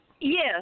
Yes